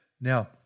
Now